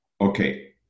Okay